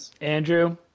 Andrew